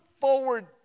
forward